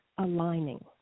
aligning